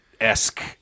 esque